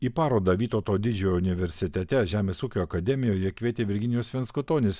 į parodą vytauto didžiojo universitete žemės ūkio akademijoje kvietė virginijus venskutonis